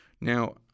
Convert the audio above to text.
Now